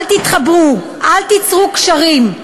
אל תתחברו, אל תיצרו קשרים,